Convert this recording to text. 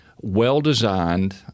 well-designed